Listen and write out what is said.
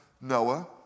Noah